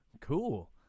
cool